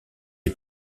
est